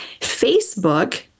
Facebook